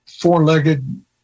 four-legged